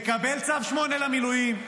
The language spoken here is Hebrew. מקבל צו 8 למילואים,